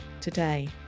today